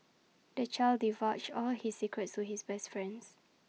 the child divulged all his secrets to his best friends